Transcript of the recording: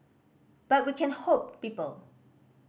but we can hope people